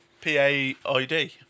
P-A-I-D